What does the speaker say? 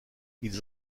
ils